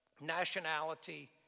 nationality